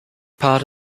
part